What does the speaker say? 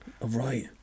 Right